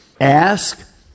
Ask